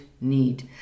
need